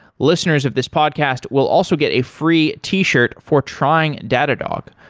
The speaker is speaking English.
listeners of this podcast will also get a free t-shirt for trying datadog.